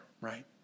right